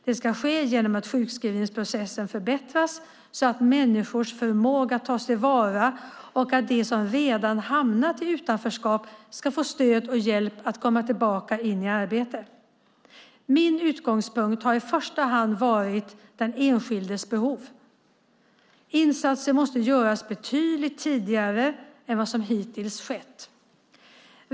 Det ska ske genom att sjukskrivningsprocessen förbättras så att människors förmåga tas till vara och så att de som redan hamnat i utanförskap ska få stöd och hjälp att komma tillbaka i arbete. Min utgångspunkt har i första hand varit den enskildes behov. Insatser måste göras betydligt tidigare än vad som hittills skett.